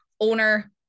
owner